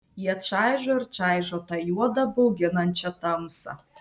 jie čaižo ir čaižo tą juodą bauginančią tamsą